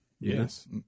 Yes